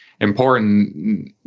important